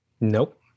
Nope